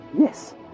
yes